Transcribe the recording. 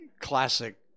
classic